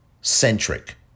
centric